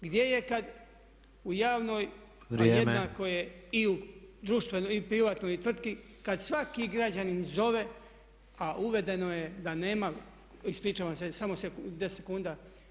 Gdje je kad u javnoj, a jednako je i u društvenoj i privatnoj tvrtki, kad svaki građanin zove a uvedeno je da nema [[Upadica Tepeš: Vrijeme.]] Ispričavam se, samo 10 sekundi.